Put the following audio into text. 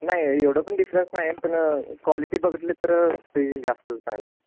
नाही एवढं पण डिफरन्स नाही पण क्वालिटी बघितली तर ते जास्त चांगली आहे